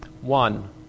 One